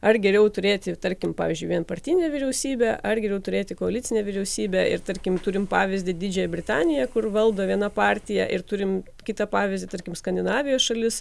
ar geriau turėti tarkim pavyzdžiui vienpartinę vyriausybę ar geriau turėti koalicinę vyriausybę ir tarkim turime pavyzdį didžiąją britaniją kur valdo viena partija ir turim kitą pavyzdį tarkim skandinavijos šalis